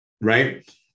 right